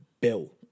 Bill